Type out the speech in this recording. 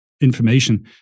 information